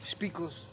Speakers